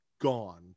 gone